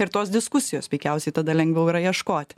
ir tos diskusijos veikiausiai tada lengviau yra ieškot